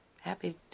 happy